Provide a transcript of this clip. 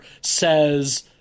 says